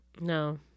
No